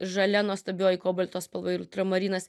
žalia nuostabioji kobalto spalva ir ultramarinas